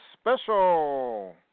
Special